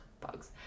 bugs